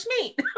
meat